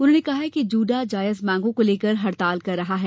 उन्होंने कहा कि जूडा जायज मांगों को लेकर हड़ताल कर रहा है